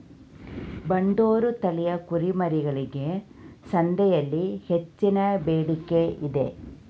ಬಂಡೂರು ತಳಿಯ ಕುರಿಮರಿಗಳಿಗೆ ಸಂತೆಯಲ್ಲಿ ಹೆಚ್ಚಿನ ಬೇಡಿಕೆ ಇದೆ